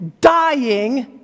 dying